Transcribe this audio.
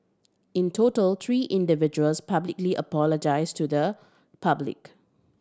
in total three individuals publicly apologised to the public